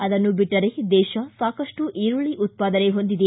ಅದನ್ನು ಬಿಟ್ನರೆ ದೇಶ ಸಾಕಷ್ಟು ಈರುಳ್ಳಿ ಉತ್ಪಾದನೆ ಹೊಂದಿದೆ